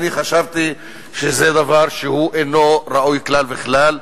אני חשבתי שזה דבר שהוא אינו ראוי כלל וכלל,